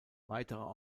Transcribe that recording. weitere